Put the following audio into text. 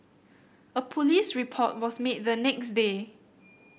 a police report was made the next day